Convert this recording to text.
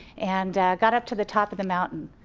and got up to the top of the mountain,